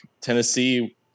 Tennessee